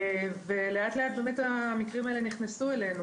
לאט לאט המקרים האלה נכנסו אלינו,